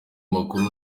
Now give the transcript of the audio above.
makuru